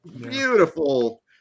beautiful